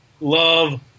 love